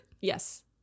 yes